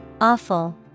Awful